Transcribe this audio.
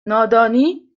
نادانی